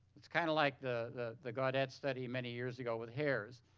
it's kinda like the the gaudette study many years ago with hairs.